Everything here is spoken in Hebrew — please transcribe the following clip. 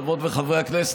חברות וחברי הכנסת,